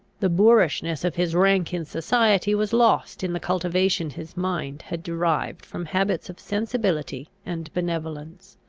the boorishness of his rank in society was lost in the cultivation his mind had derived from habits of sensibility and benevolence.